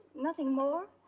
nothing more?